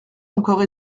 encore